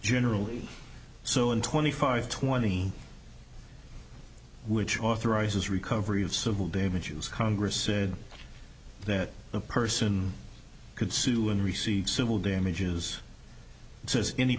generally so in twenty five twenty which authorizes recovery of civil damages congress said that the person could sue and receive civil damages s